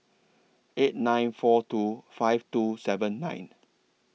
eight nine four two five two seven nine